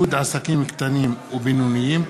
(עידוד עסקים קטנים ובינוניים),